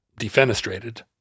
defenestrated